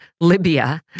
Libya